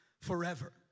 forever